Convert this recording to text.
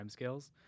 timescales